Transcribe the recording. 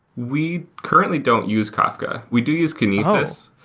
we currently don't use karka. we do use kinesis.